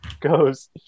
goes